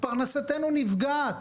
פרנסתנו נפגעת,